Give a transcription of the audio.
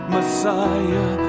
Messiah